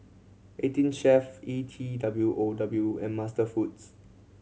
Eighteen Chef E T W O W and MasterFoods